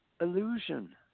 illusion